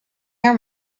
air